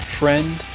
friend